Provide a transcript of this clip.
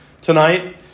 tonight